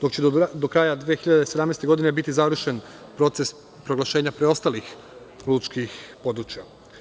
dok će do kraja 2017. godine biti završen proces proglašenja preostalih lučkih područja.